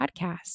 podcast